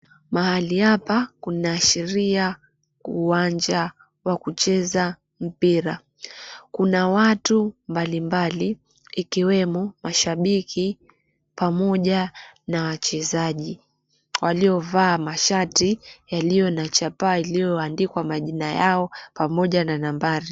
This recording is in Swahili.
Mahali hapa kunaashiria uwanja wa kucheza mpira. Kuna watu mbalimbali ikiwemo mashabiki pamoja na wachezaji waliovaa mashati yaliyo na chapaa ilioandikwa majina yao pamoja na nambari.